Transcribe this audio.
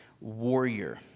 warrior